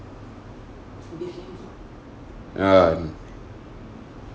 um